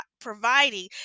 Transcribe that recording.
providing